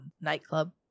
nightclub